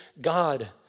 God